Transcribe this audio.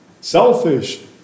Selfish